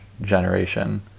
generation